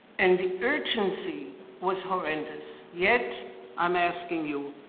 and the urgency was horrendous. yet i'm asking you,